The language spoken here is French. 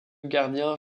gardiens